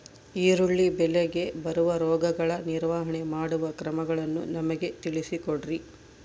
ಈರುಳ್ಳಿ ಬೆಳೆಗೆ ಬರುವ ರೋಗಗಳ ನಿರ್ವಹಣೆ ಮಾಡುವ ಕ್ರಮಗಳನ್ನು ನಮಗೆ ತಿಳಿಸಿ ಕೊಡ್ರಿ?